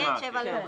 בהתאמה: